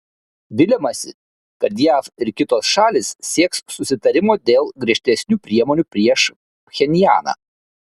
viliamasi kad jav ir kitos šalys sieks susitarimo dėl griežtesnių priemonių prieš pchenjaną